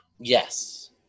Yes